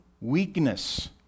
weakness